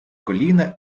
коліна